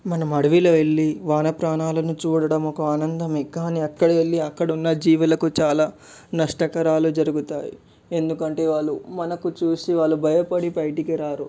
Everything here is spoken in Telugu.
మనం అడవిలోకి వెళ్ళి వన్య ప్రాణులను చూడడం ఒక ఆనందమే కానీ అక్కడికి వెళ్ళి అక్కడ ఉన్న జీవులకు చాలా నష్టకరాలు జరుగుతాయి ఎందుకంటే వాళ్ళు మనకు చూసి వాళ్ళు భయపడి బయటకి రారు